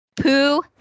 poo